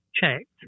checked